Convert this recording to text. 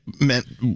meant